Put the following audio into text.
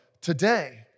today